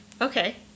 Okay